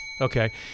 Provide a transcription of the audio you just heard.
Okay